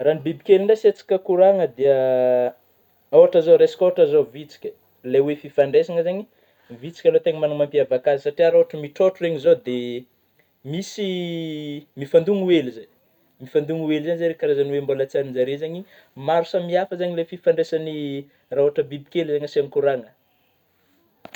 Raha bibikely ndraiky asiantsika kôragna dia ôhatry zao, raisiko Ohatra zao vitsika, le oe fifandraisagna zagny, vitsika alôha tena manana ny mapiavaka azy, satria ôhatro mitrôtrô regny zao dia misy mifandogno hely zay, mifandogno hely zay zeingy karazagny oe mbola tsara amin'ny zare zagny, maro samihafa zany ilay fifandraisagny ,raha ôhatry bibikely no asina kôragna.